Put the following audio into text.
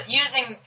using